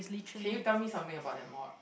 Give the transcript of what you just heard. can you tell me something about that mock